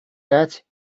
that